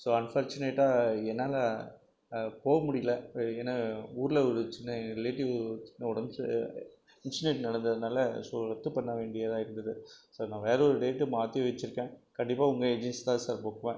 so அன்பார்ச்சுனேட்டாக என்னால் போக முடியலை அப்போது ஏன்னா ஊரில் ஒரு சின்ன ரிலேட்டிவ் உடம்பு சரியாக இன்ஸிடெண்ட் நடந்ததுனால் ஸோ ரத்துப் பண்ண வேண்டியதாக இருந்துத சார் நான் வேறே ஒரு டேட்டு மாற்றி வச்சுருக்கேன் கண்டிப்பாக உங்கள் ஏஜென்சி தான் சார் போவேன்